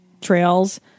trails